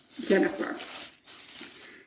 Jennifer